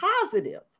positive